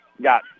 got